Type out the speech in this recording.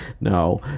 No